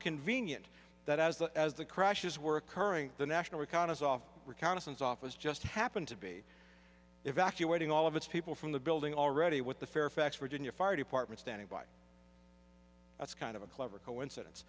convenient that as that as the crashes were occurring the national reconnaissance office reconnaissance office just happened to be evacuating all of its people from the building already with the fairfax virginia fire department standing by that's kind of a clever coincidence